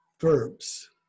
verbs